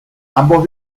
ambos